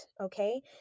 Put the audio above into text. okay